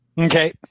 Okay